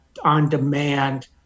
on-demand